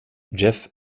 jeff